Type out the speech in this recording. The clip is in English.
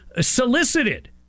solicited